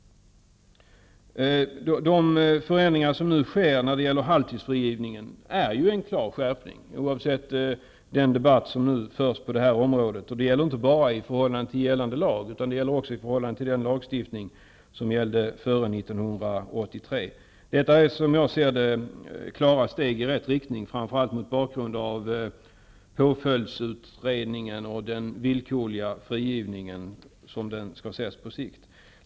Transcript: De förändringar som nu sker när det gäller halvtidsfrigivningen innebär ju en klar skärpning oavsett den debatt som nu förs på det här området; det gäller inte bara i förhållande till gällande lag, utan det gäller också i förhållande till den lagstiftning som gällde före 1983. Detta är som jag ser det steg i rätt riktning, framför allt mot bakgrund av påföljdsutredningen och den villkorliga frigivningen på sikt.